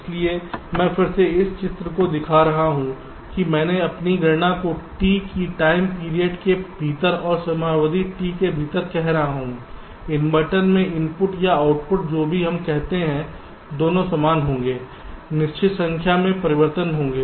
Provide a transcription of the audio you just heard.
इसलिए मैं फिर से उस चित्र को दिखा रहा हूं कि मैं अपनी गणना को T की टाइम पीरियड के भीतर और समयावधि T के भीतर कर रहा हूं इनवर्टर में इनपुट या आउटपुट जो भी हम कहते हैं दोनों समान होंगे निश्चित संख्या में परिवर्तन होंगे